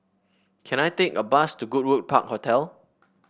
can I take a bus to Goodwood Park Hotel